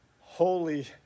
holy